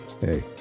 Hey